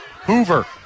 Hoover